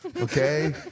Okay